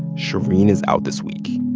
shereen is out this week.